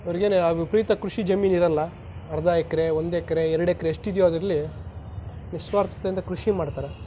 ಅವ್ರಿಗೇನು ಯಾವ ವಿಪರೀತ ಕೃಷಿ ಜಮೀನು ಇರಲ್ಲ ಅರ್ಧ ಎಕರೆ ಒಂದು ಎಕರೆ ಎರಡು ಎಕರೆ ಎಷ್ಟು ಇದೆಯೋ ಅದರಲ್ಲಿ ನಿಸ್ವಾರ್ಥದಿಂದ ಕೃಷಿ ಮಾಡ್ತಾರೆ